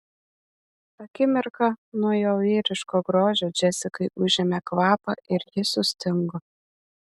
akimirką nuo jo vyriško grožio džesikai užėmė kvapą ir ji sustingo